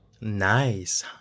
Nice